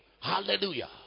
Hallelujah